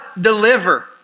deliver